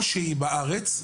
במוסד חינוכי כל שהוא בארץ,